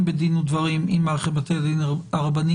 בדין ודברים עם מערכת בתי הדין הרבניים,